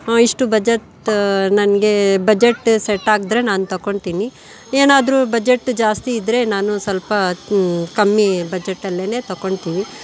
ಇಷ್ಟು ಬಜೆಟ್ ನನಗೆ budget set ಆದರೆ ನಾನು ತೊಗೋತೀನಿ ಏನಾದ್ರು ಬಜೆಟ್ ಜಾಸ್ತಿ ಇದ್ದರೆ ನಾನು ಸ್ವಲ್ಪ ಕಮ್ಮಿ ಬಜೆಟಲ್ಲಿನೇ ತೊಗೊಳ್ತೀನಿ